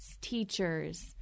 teachers